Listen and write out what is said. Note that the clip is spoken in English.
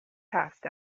passed